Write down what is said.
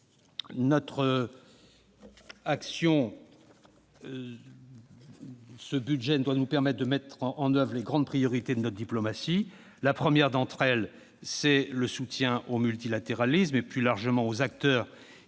Ce projet de budget doit nous permettre de mettre en oeuvre les grandes priorités de notre diplomatie. La première d'entre elles est le soutien au multilatéralisme et, plus largement, aux acteurs